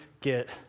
get